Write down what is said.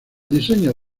diseño